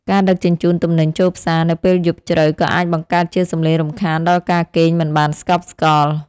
ការដឹកជញ្ជូនទំនិញចូលផ្សារនៅពេលយប់ជ្រៅក៏អាចបង្កើតជាសំឡេងរំខានដល់ការគេងមិនបានស្កប់ស្កល់។